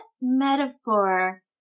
metaphor